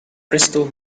bristol